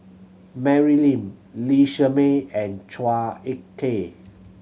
Mary Lim Lee Shermay and Chua Ek Kay